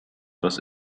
was